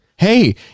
Hey